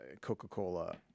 coca-cola